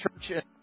church